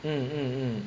mm mm mm